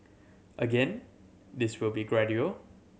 again this will be gradual